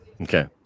Okay